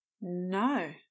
No